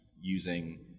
using